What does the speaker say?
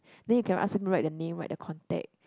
then you can ask him write the name write the contact